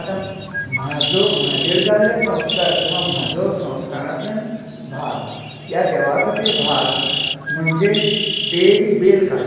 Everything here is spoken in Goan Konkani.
आता म्हाजो म्हाजेर जाल्ले संस्कार किंवां म्हाजो संस्कारांतल्यान भाग ह्या देवा खातीर भाग म्हणजे डेली बेल काडप